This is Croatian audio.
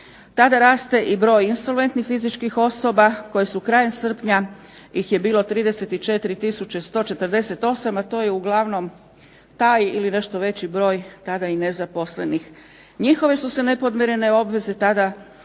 tada raste i broj insolventnih fizičkih osoba koje su krajem srpnja ih je bilo 34 tisuće 148, a to je uglavnom taj ili nešto veći broj tada nezaposlenih. Njihove su se nepodmirene obveze tada